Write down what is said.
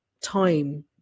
time